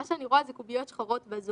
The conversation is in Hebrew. מה שאני רואה זה קוביות שחורות בזום.